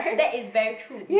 that is very true